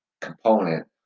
component